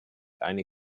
eine